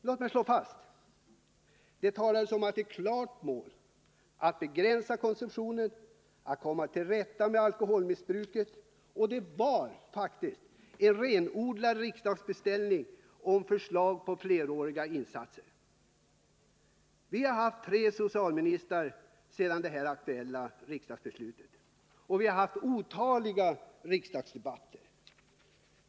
Låt mig slå fast följande: Det talades om att det var ett klart mål att begränsa konsumtionen och att komma till rätta med alkoholmissbruket. Det var faktiskt en renodlad riksdagsbeställning om förslag till fleråriga insatser. Vi har haft tre socialministrar sedan det aktuella riksdagsbeslutet togs, och vi har haft otaliga riksdagsdebatter.